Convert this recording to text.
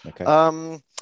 Okay